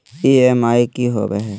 EMI की होवे है?